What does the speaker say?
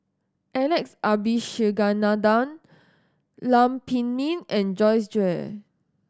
Alex Abisheganaden Lam Pin Min and Joyce Jue